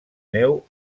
neu